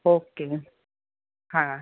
okay હા